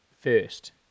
first